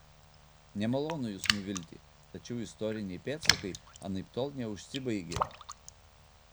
nemalonu jus nuvilti tačiau istoriniai pėdsakai anaiptol neužsibaigė